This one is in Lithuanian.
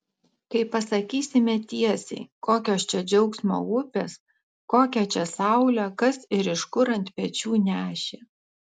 kai pasakysime tiesiai kokios čia džiaugsmo upės kokią čia saulę kas ir iš kur ant pečių nešė